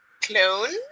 clone